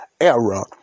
era